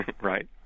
Right